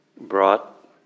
brought